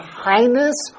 highness